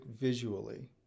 visually